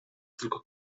tylko